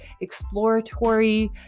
exploratory